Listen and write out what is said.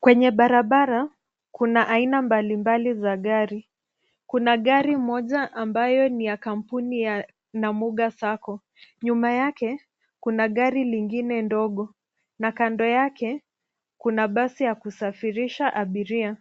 Kwenye barabara kuna aina mbalimbali za gari. Kuna gari moja ambayo ni ya kampuni ya Namuga Sacco . Nyuma yake kuna gari lingine ndogo na kando yake kuna basi ya kusafirisha abiria.